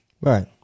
Right